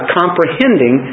comprehending